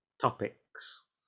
topics